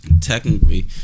technically